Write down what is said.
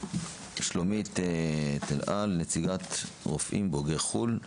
שלומית טל אל, נציגת רופאים בוגרי לימודי חו"ל,